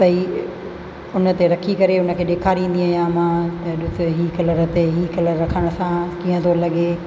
त ई उन ते रखी करे उन खे ॾेखारींदी आहियां मां ही कलर ते ही कलर रखण सां कीअं थो लॻे